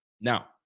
Now